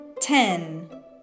ten